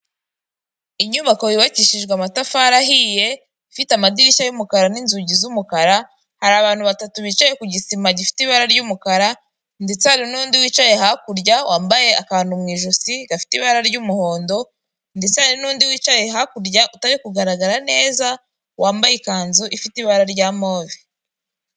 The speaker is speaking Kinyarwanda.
Inyubako yubakishijwe amatafari ahiye, ifite amadirishya y'umukara ninzugi z'umukara; hari abantu batatu bicaye ku gisimba gifite ibara ry'umukara, ndetse hari nundi wicaye hakurya wambaye akantu mu ijosi gafite ibara ry'umuhondo ,ndetse hari nundi wicaye hakurya utari kugaragara neza, wambaye ikanzu ifite ibara rya move.